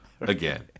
again